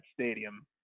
Stadium